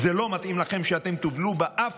לא מתאים לכם שתובלו באף